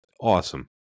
awesome